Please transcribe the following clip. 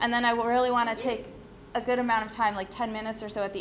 and then i will really want to take a good amount of time like ten minutes or so at the